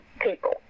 people